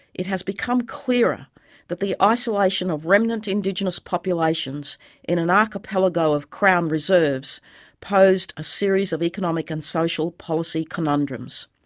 it has become clearer that the isolation of remnant indigenous populations in an archipelago of crown reserves posed a series of economic and social policy conundrums.